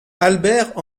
albert